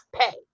pay